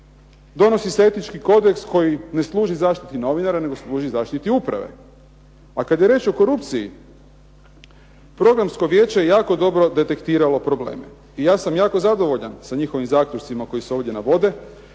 Donosi se etički kodeks koji ne služi zaštiti novinara, nego služi zaštiti uprave, a kad je riječ o korupciji Programsko vijeće je jako dobro detektiralo probleme. I ja sam jako zadovoljan sa njihovim zaključcima koji se ovdje navode.